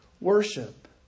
worship